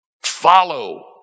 Follow